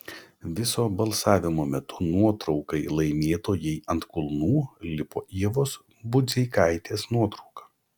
viso balsavimo metu nuotraukai laimėtojai ant kulnų lipo ievos budzeikaitės nuotrauka